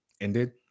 ended